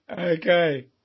Okay